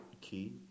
key